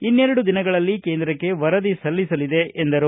ಇನ್ನೆರಡು ದಿನಗಳಲ್ಲಿ ಕೇಂದ್ರಕ್ಕೆ ವರದಿ ಸಲ್ಲಿಸಲಿದೆ ಎಂದರು